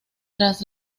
tras